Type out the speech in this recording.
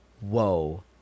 whoa